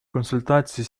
консультации